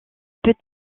peut